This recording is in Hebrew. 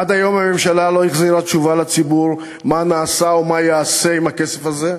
עד היום הממשלה לא החזירה תשובה לציבור מה נעשה ומה ייעשה עם הכסף הזה.